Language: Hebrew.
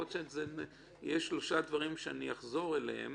יכול להיות שיהיו שלושה דברים שאני אחזור עליהם,